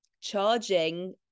charging